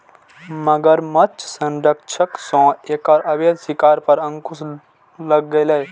मगरमच्छ संरक्षणक सं एकर अवैध शिकार पर अंकुश लागलैए